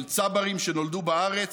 של צברים שנולדו בארץ,